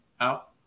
out